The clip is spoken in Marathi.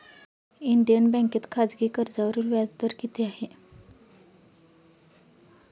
इंडियन बँकेत खाजगी कर्जावरील व्याजदर किती आहे?